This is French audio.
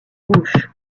gauche